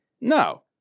No